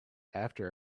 after